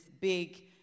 big